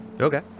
Okay